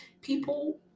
People